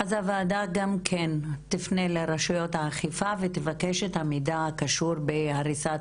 אז הוועדה גם כן תפנה לרשויות האכיפה ותבקש את המידע הקשור בהריסת